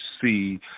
see